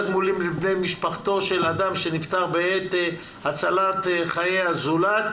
תגמולים לבני משפחתו של אדם שנפטר בעת הצלת חיי הזולת),